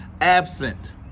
absent